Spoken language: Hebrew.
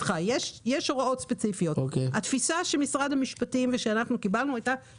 ברגע שהוא יסב את הדוח ויגיד שמישהו מסוים נהג ברכב בעת ביצוע